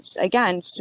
again